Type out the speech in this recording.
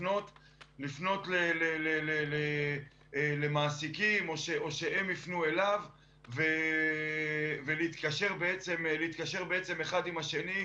לפנות למעסיקים או שהם יפנו אליו ולהתקשר אחד עם השני,